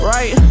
Right